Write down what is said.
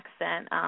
accent